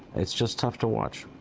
it's just tough to watch.